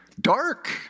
dark